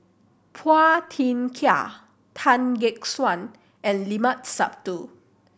Phua Thin Kiay Tan Gek Suan and Limat Sabtu